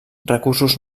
recursos